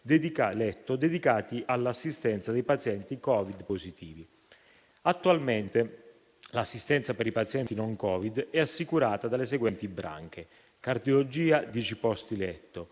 letto dedicati all'assistenza dei pazienti Covid positivi. Attualmente, l'assistenza per i pazienti non Covid è assicurata dalle seguenti branche: cardiologia (10 posti letto),